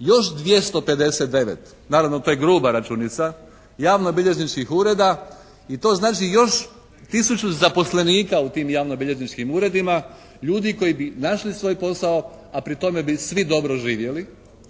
još 259, naravno to je gruba računica, javnobilježničkih ureda i to znači još 1000 zaposlenika u tim javnobilježničkim uredima, ljudi koji bi našli svoj posao a pri tome bi svi dobro živjeli,